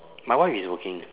my wife is working